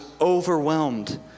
overwhelmed